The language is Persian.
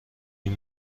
این